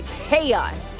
chaos